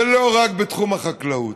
ולא רק בתחום החקלאות.